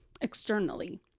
externally